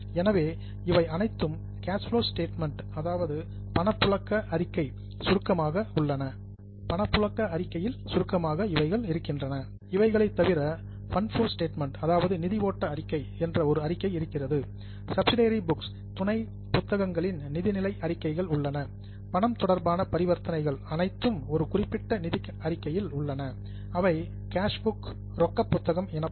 எனவே இவை அனைத்தும் கேஷ் ஃப்ளோ ஸ்டேட்மெண்ட் பணப்புழக்க அறிக்கையில் சுருக்கமாக உள்ளன இவைகளை தவிர ஃபண்ட் ஃப்ளோ ஸ்டேட்மெண்ட் அதாவது நிதி ஓட்ட அறிக்கை என்ற ஒரு அறிக்கை இருக்கிறது சப்சிடியரி புக்ஸ் அதாவது துணை புத்தகங்களின் நிதிநிலை அறிக்கைகள் உள்ளன பணம் தொடர்பான பரிவர்த்தனைகள் அனைத்தும் ஒரு குறிப்பிட்ட நிதி அறிக்கையில் உள்ளன அவை கேஸ் புக் ரொக்க புத்தகம் எனப்படும்